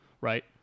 right